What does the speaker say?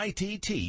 ITT